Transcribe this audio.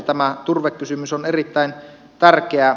tämä turvekysymys on erittäin tärkeä